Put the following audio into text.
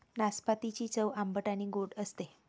नाशपातीची चव आंबट आणि गोड असते